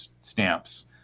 stamps